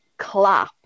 clap